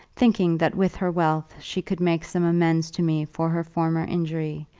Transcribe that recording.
thinking that with her wealth she could make some amends to me for her former injury,